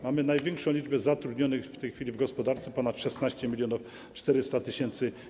Mamy największą liczbę zatrudnionych w tej chwili w gospodarce, ponad 16 400 tys.